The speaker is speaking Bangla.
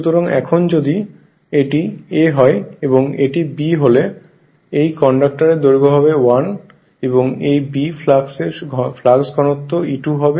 সুতরাং এখন যদি এটি A হয় এবং এটি B হলে এই কন্ডাকটরের দৈর্ঘ্য হবে l এবং এই B ফ্লাক্স এর ফ্লাক্স ঘনত্ব E1 হবে